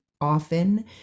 often